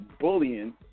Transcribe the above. bullying